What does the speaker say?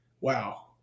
wow